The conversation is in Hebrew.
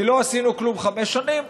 כי לא עשינו כלום חמש שנים,